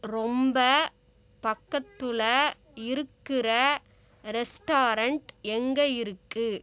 ரொம்ப பக்கத்தில் இருக்கிற ரெஸ்டாரண்ட் எங்கே இருக்குது